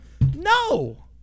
No